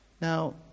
Now